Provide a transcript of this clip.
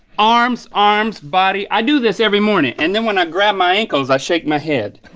arms, arms, body, i do this every morning, and then when i grab my ankles, i shake my head.